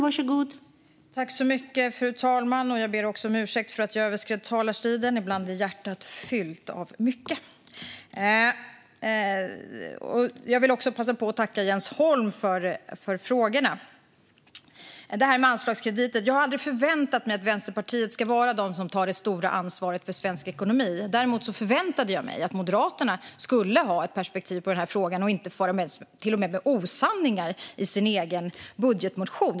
Fru talman! Jag ber om ursäkt för att jag överskred talartiden. Ibland är hjärtat fyllt av mycket. Jag vill också passa på att tacka Jens Holm för frågorna. Först gäller det anslagskrediten. Jag har aldrig förväntat mig att Vänsterpartiet ska vara de som tar det stora ansvaret för svensk ekonomi. Däremot förväntade jag mig att Moderaterna skulle ha ett perspektiv på den här frågan och inte fara med osanningar, till och med, i sin egen budgetmotion.